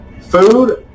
food